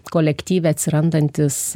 kolektyve atsirandantis